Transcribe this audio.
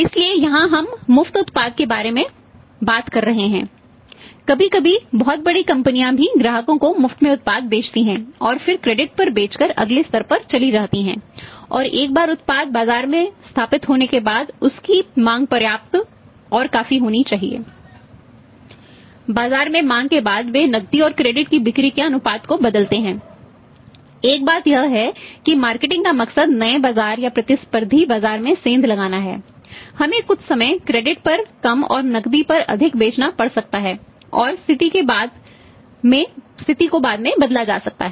इसलिए यहां हम मुफ्त उत्पाद की बात कर रहे हैं कभी कभी बहुत बड़ी कंपनियां भी ग्राहकों को मुफ्त में उत्पाद बेचती हैं और फिर क्रेडिट पर कम और नकदी पर अधिक बेचना पड़ सकता है और स्थिति को बाद में बदला जा सकता है